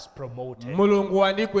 promoted